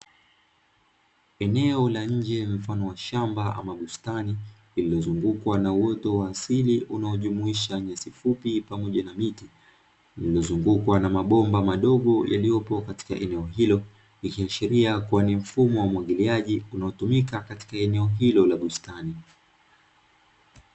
Eneo la nje mfano wa shamba ama bustani iliyozungukwa na uoto wa asili unaojumuisha nyasi fupi pamoja na miti limezungukwa na mabomba madogo yaliyopo katika eneo hilo ikiashiria kuwa ni mfumo wa umwagiliaji unaotumika katika eneo hilo la bustani.